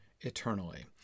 eternally